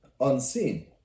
unseen